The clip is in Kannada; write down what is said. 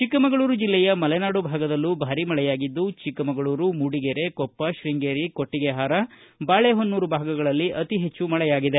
ಚಿಕ್ಕಮಗಳೂರು ಜಿಲ್ಲೆಯ ಮಲೆನಾಡು ಭಾಗದಲ್ಲೂ ಭಾರೀ ಮಳೆಯಾಗಿದ್ದು ಚಿಕ್ಕಮಗಳೂರು ಮೂಡಿಗೆರೆ ಕೊಪ್ಪ ಶ್ಯಂಗೇರಿ ಕೊಟ್ಲಿಗೆಹಾರ ಬಾಳೆಹೊನ್ನೂರು ಭಾಗಗಳಲ್ಲಿ ಅತಿಹೆಚ್ಚು ಮಳೆಯಾಗಿದೆ